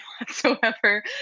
whatsoever